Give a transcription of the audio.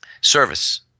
Service